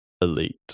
elite